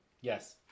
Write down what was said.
Yes